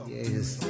Yes